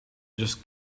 just